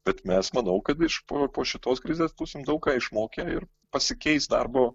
bet mes manau kad iš po po šitos krizės būsim daug ką išmokę ir pasikeis darbo